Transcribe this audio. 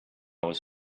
was